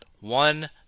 one